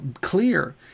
clear